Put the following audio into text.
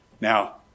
Now